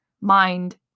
mind